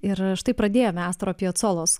ir štai pradėjai nuo astoro piacolos